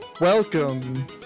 Welcome